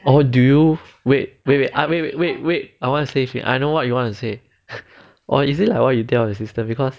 or do you wait wait wait wait wait wait wait I want to say I know what you want to say or is it like what you tell your sister because